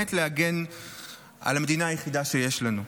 באמת להגן על המדינה היחידה שיש לנו.